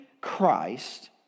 Christ